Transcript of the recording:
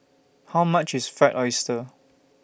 How much IS Fried Oyster